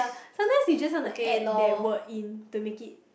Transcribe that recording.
sometimes you just want to add that word in to make it